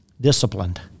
disciplined